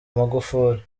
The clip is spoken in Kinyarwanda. magufuli